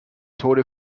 tode